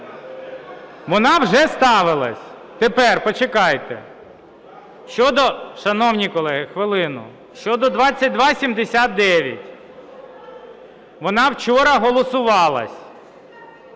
Вона вже ставилась. Тепер почекайте. Щодо… Шановні колеги, хвилину. Щодо 2279. Вона вчора голосувалась.